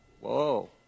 Whoa